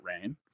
rain